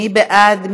מי בעד?